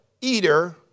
eater